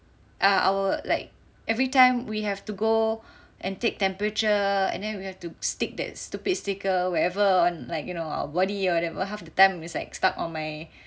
err our like everytime we have to go and take temperature and then we have to stick that stupid sticker wherever on like you know our body or whatever and half the time it's like stuck